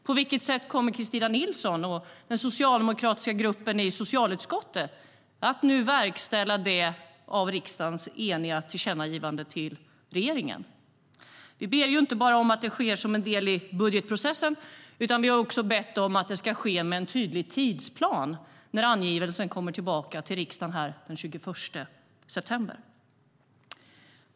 På vilket sätt kommer Kristina Nilsson och den socialdemokratiska gruppen i socialutskottet att nu verkställa riksdagens eniga tillkännagivande till regeringen? Vi ber inte bara om att det sker som en del i budgetprocessen, utan vi har också bett att det ska ske med en tydlig tidsplan när angivelsen kommer tillbaka till riksdagen den 21 september.